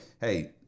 Hey